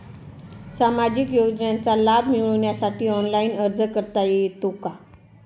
सामाजिक योजनांचा लाभ मिळवण्यासाठी ऑनलाइन अर्ज करता येतो का?